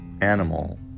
animal